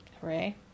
Hooray